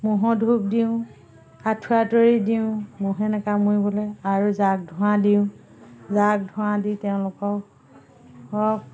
মহৰ ধূপ দিওঁ আঁঠুৱা তৰি দিওঁ মহে নাকামোৰিবলৈ আৰু যাগ ধোৱা দিওঁ যাগ ধোৱা দি তেওঁলোকক